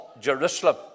Jerusalem